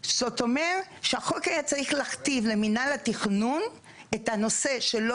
זאת אומרת שהחוק היה צריך להכתיב למינהל התכנון את הנושא שלא